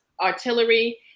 artillery